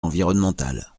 environnemental